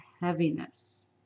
heaviness